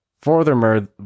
Furthermore